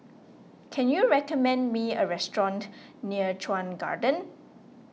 can you recommend me a restaurant near Chuan Garden